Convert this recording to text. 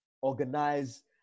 Organize